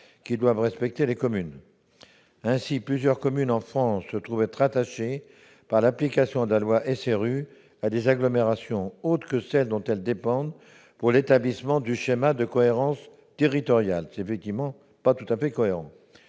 que doivent respecter les communes. Ainsi, plusieurs communes en France se trouvent être rattachées, pour l'application de la loi SRU, à des agglomérations autres que celles dont elles dépendent pour l'établissement du schéma de cohérence territoriale. Pour une plus grande cohérence